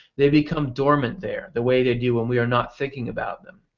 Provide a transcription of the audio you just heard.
they become dormant there, the way they do when we are not thinking about them.